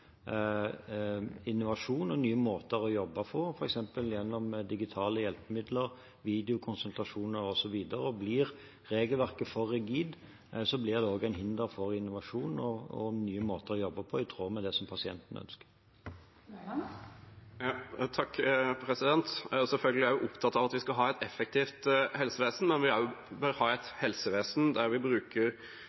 innovasjon og nye måter å jobbe på, f.eks. gjennom digitale hjelpemidler, videokonsultasjoner, osv. Blir regelverket for rigid, blir det et hinder for innovasjon og nye måter å jobbe på som er i tråd med det pasienten ønsker. Selvfølgelig er jeg også opptatt av at vi skal ha et effektivt helsevesen, men vi bør også ha et helsevesen der vi bruker